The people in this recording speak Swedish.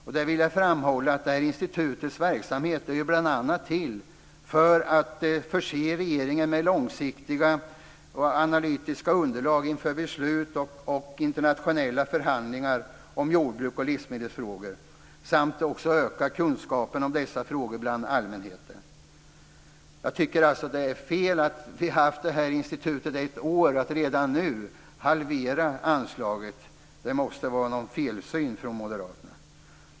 Jag vill framhålla att institutets verksamhet bl.a. är till för att förse regeringen med långsiktiga och analytiska underlag inför beslut och internationella förhandlingar om jordbruk och livsmedelsfrågor samt att öka kunskapen om dessa frågor bland allmänheten. Vi har haft det här institutet i ett år. Jag tycker att det är fel att redan nu halvera anslaget. Det måste vara en felsyn från moderaterna.